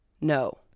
No